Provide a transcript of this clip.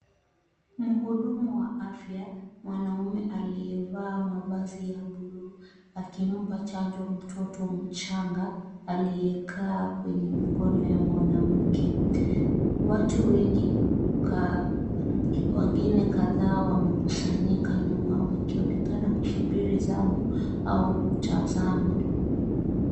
Mhudumu wa afya mwanaume aliyevaa mavazi ya blue, akimpa chanjo mtoto mchanga aliyekaa kwenye mikono ya mwanamke. Watu wengine kadhaa wamekusanyika nyuma wakionekana kusubiri zamu au kutazama.